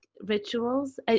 rituals